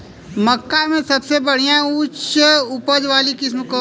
मक्का में सबसे बढ़िया उच्च उपज वाला किस्म कौन ह?